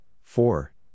four